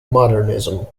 modernism